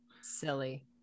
Silly